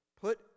put